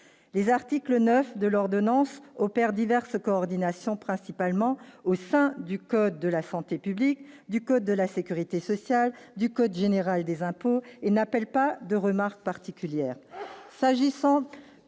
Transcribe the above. les articles 9 de l'ordonnance opère diverses coordinations principalement au sein du code de la santé publique du code de la sécurité sociale du code général des impôts et n'appellent pas de remarque particulière